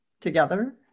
together